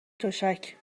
تشک